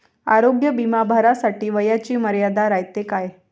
आरोग्य बिमा भरासाठी वयाची मर्यादा रायते काय?